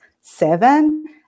seven